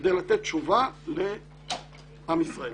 כדי לתת תשובה לעם ישראל